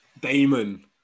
Damon